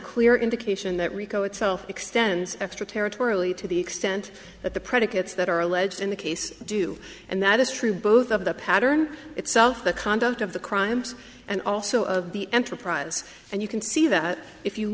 clear indication that rico itself extends extraterritoriality to the extent that the predicates that are alleged in the case do and that is true both of the pattern itself the conduct of the crimes and also of the enterprise and you can see that if you